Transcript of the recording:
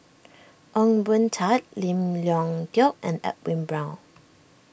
Ong Boon Tat Lim Leong Geok and Edwin Brown